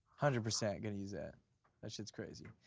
hundred percent gonna use that. that shit's crazy.